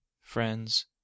friends